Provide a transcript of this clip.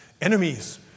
enemies